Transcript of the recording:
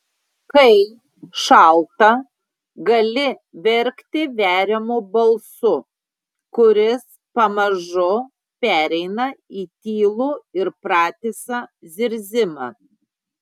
kai šalta gali verkti veriamu balsu kuris pamažu pereina į tylų ir pratisą zirzimą